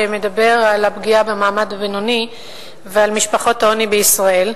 שמדבר על הפגיעה במעמד הבינוני ועל משפחות העוני בישראל,